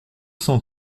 cent